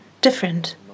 different